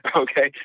ah okay?